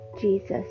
Jesus